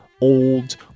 old